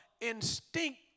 instinct